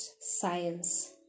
science